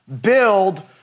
build